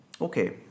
Okay